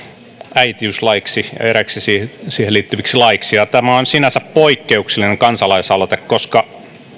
äitiyslaiksi ja eräiksi siihen liittyviksi laeiksi ja tämä on sinänsä poikkeuksellinen kansalaisaloite koska